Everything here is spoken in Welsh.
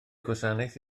gwasanaeth